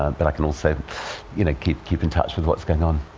um but i can also you know keep keep in touch with what's going on.